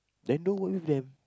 then don't work with them